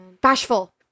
Bashful